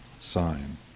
sign